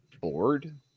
board